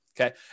Okay